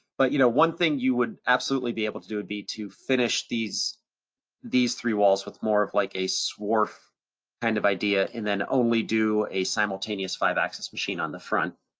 but you know, one thing you would absolutely be able to do would be to finish these these three walls with more of like a swarf kind of idea, and then only do a simultaneous five axis machine on the front.